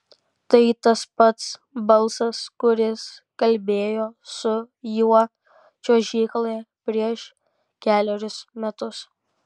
tai tas pats balsas kuris kalbėjo su juo čiuožykloje prieš kelerius metus